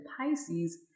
Pisces